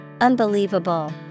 Unbelievable